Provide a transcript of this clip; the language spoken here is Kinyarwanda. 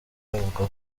bavuga